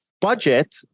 budget